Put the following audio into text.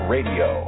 Radio